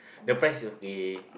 the price is okay